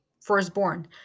firstborn